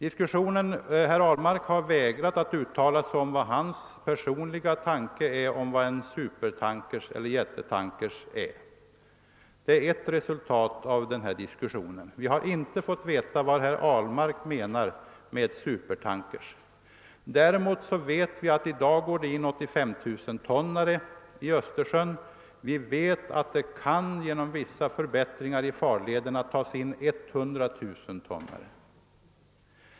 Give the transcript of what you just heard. Herr Ahlmark har vägrat att uttala sig om hur han definierar en supertanker eller en jättetanker. Det är ett resultat av denna diskussion. Men vi vet alltså att 85 000-tonnare i dag går in i Östersjön, och vi vet att man efter vissa förbättringar i farlederna kan ta in 100 000-tonnare.